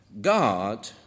God